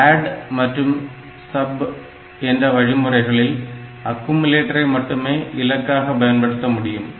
ADD மற்றும் SUB என்ற வழிமுறைகளில் அக்குமுலேட்டரை மட்டுமே இலக்காக பயன்படுத்த முடியும்